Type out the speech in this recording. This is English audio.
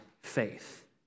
faith